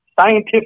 scientific